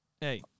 Hey